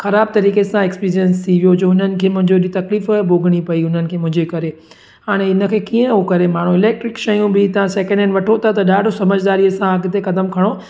ख़राबु तरीक़े सां एक्सपीरियंस थी वियो जो हुननि खे मुंहिंजो हेड़ी तकलीफ़ भोॻिणी पेई हुननि खे मुंहिंजे करे हाणे हिनखे कीअं उहो करे माण्हू इलेक्ट्रीक शयूं बि तव्हां सेकेंड हैंड वठो तव्हां त ॾाढो सम्झदारीअ सां अॻिते क़दमु खणो